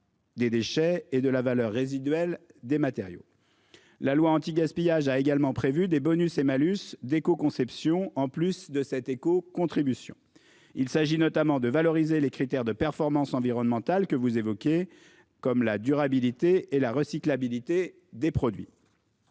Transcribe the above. Des déchets et de la valeur résiduelle des matériaux. La loi anti-gaspillage a également prévu des bonus et malus d'éco-conception en plus de cette éco-contribution. Il s'agit notamment de valoriser les critères de performance environnementale que vous évoquez comme la durabilité et la recycle habilité des produits.